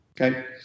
okay